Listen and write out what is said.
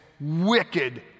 wicked